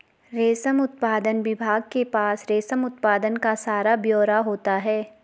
रेशम उत्पादन विभाग के पास रेशम उत्पादन का सारा ब्यौरा होता है